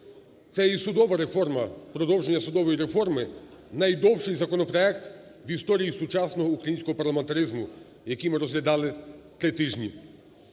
Це і судова реформа, продовження судової реформи, найдовший законопроект в історії сучасного українського парламентаризму, який ми розглядали три тижні.